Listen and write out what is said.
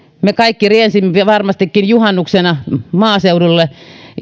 me kaikki riensimme varmastikin juhannuksena maaseudulle